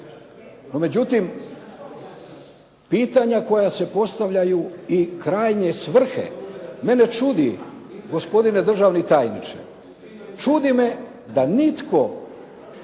međutim, pitanja koja se postavljaju i krajnje svrhe. Mene čudi, gospodine državni tajniče, čudi me da nitko